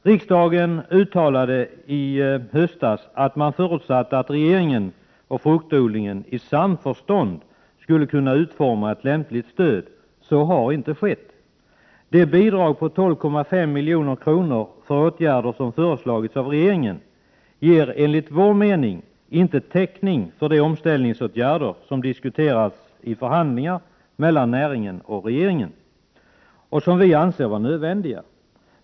Riksdagen uttalade i höstas att man förutsatte att regeringen och fruktodlingen i samförstånd skulle kunna utforma ett lämpligt stöd. Så har inte skett. Det bidrag på 12,5 milj.kr. för åtgärder som föreslagits av regeringen ger enligt vår mening inte täckning för de omställningsåtgärder som diskuterats i förhandlingar mellan näringen och regeringen och som vi anser vara nödvändiga.